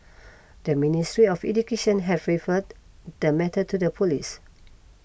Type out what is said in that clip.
the Ministry of Education has referred the the matter to the police